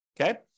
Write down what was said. Okay